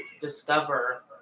discover